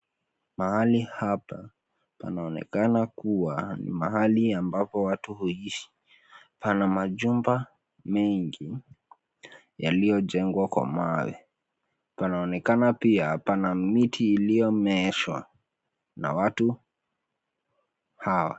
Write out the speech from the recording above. Mahali hapa panaonekana kuwa mahali ambapo watu huishi. Pana majumba mengi yaliyojengwa kwa mawe. Panaonekana pia pana miti iliyomeeshwa na watu hawa.